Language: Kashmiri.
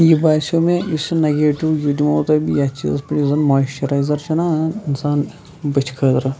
یہِ باسیو مےٚ یُس یہِ نَگیٹِو یہِ دِمو تۄہہِ بہٕ یَتھ چیٖزَس پٮ۪ٹھ یُس زَن مایِسچٕرایزَر چھُنہ انان اِنسان بٕتھِ خٲطرٕ